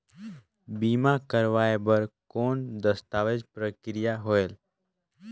बीमा करवाय बार कौन दस्तावेज प्रक्रिया होएल?